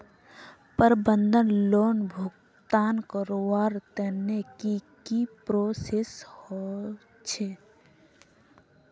प्रबंधन लोन भुगतान करवार तने की की प्रोसेस होचे?